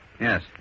Yes